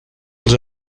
els